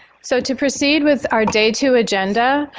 so to proceed with our day two agenda,